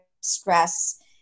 stress